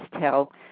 tell